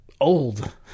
old